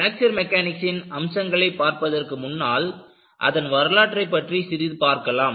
fracture மெக்கானிக்ஸின் அம்சங்களை பார்ப்பதற்கு முன்னால் அதன் வரலாற்றை பற்றி சிறிது பார்க்கலாம்